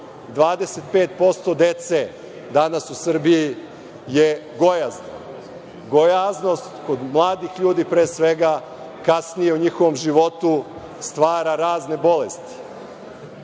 25% dece danas u Srbiji je gojazno. Gojaznost kod mladih ljudi, pre svega, kasnije u njihovom životu stvara razne bolesti,